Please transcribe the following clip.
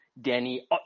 Danny